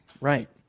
Right